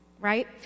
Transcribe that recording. right